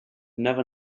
never